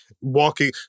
walking